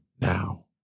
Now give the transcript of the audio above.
now